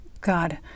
God